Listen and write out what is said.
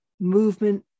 movement